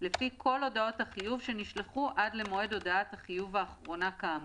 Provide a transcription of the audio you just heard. לפי כל הודעות החיוב שנשלחו עד למועד הודעת החיוב האחרונה כאמור,